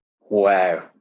wow